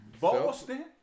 Boston